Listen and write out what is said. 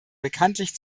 bekanntlich